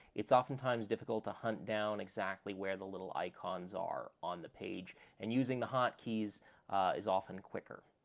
it's often times difficult to hunt down exactly where the little icons are on the page, and using the hotkeys is often quicker.